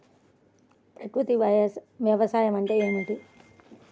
ప్రకృతి వ్యవసాయం అంటే ఏమిటి?